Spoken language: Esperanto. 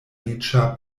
riĉa